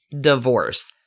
divorce